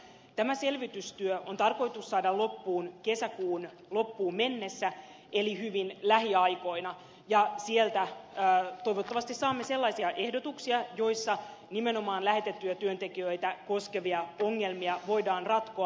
tämä selvitystyö on tarkoitus saada loppuun kesäkuun loppuun mennessä eli hyvin lähiaikoina ja sieltä toivottavasti saamme sellaisia ehdotuksia joissa nimenomaan lähetettyjä työntekijöitä koskevia ongelmia voidaan ratkoa